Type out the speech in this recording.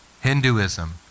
Hinduism